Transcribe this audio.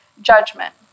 judgment